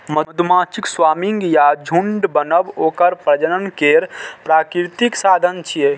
मधुमाछीक स्वार्मिंग या झुंड बनब ओकर प्रजनन केर प्राकृतिक साधन छियै